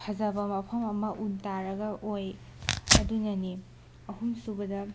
ꯐꯖꯕ ꯃꯐꯝ ꯑꯃ ꯎꯟ ꯇꯥꯔꯒ ꯑꯣꯏ ꯑꯗꯨꯅꯅꯦ ꯑꯍꯨꯝ ꯁꯨꯕꯗ